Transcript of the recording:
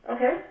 Okay